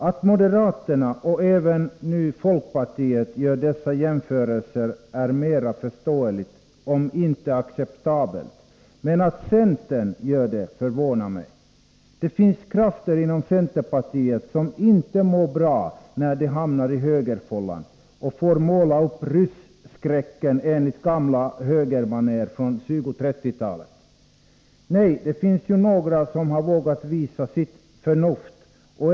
Att moderaterna och även nu folkpartiet gör dessa jämförelser är mera förståeligt, om än inte acceptabelt, men att centern gör det förvånar mig. Det finns krafter inom centerpartiet som inte mår bra när de hamnar i högerfållan och får måla upp rysskräcken enligt gamla högermanér från 1920-1930-talet. Nej, det finns ju några som har vågat visa sitt förnuft.